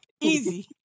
Easy